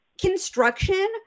construction